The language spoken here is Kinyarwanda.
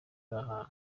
bahawe